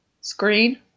screen